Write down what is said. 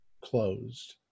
closed